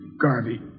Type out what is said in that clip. Garvey